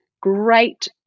great